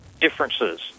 differences